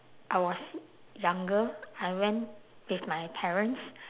I was younger I went with my parents